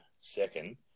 second